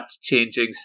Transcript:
changing